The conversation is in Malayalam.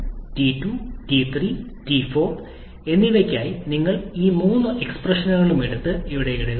ടി 2 ടി 3 ടി 4 എന്നിവയ്ക്കായി നിങ്ങൾ ഈ മൂന്ന് എക്സ്പ്രഷനുകളും എടുത്ത് ഇവിടെ ഇടുക